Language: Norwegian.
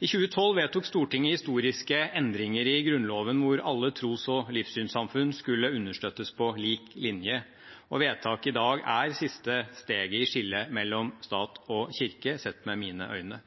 I 2012 vedtok Stortinget historiske endringer i Grunnloven, hvor alle tros- og livssynssamfunn skulle understøttes på lik linje. Vedtaket i dag er siste steget i skillet mellom stat og kirke sett med mine øyne.